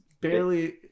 barely